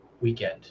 weekend